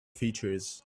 features